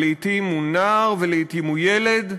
ולעתים הוא נער ולעתים הוא ילד,